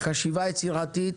חשיבה יצירתית